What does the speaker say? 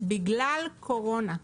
בגלל הקורונה.